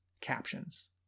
captions